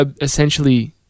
essentially